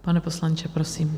Pane poslanče, prosím.